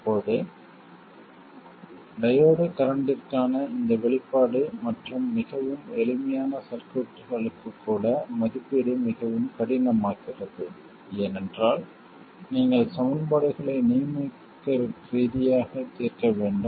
இப்போது டையோடு கரண்ட்டிற்கான இந்த வெளிப்பாடு மற்றும் மிகவும் எளிமையான சர்க்யூட்களுக்கு கூட மதிப்பீடு மிகவும் கடினமாகிறது ஏனென்றால் நீங்கள் சமன்பாடுகளை நியூமெரிக்கல் ரீதியாக தீர்க்க வேண்டும்